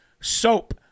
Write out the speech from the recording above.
soap